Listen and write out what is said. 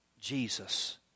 Jesus